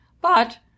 But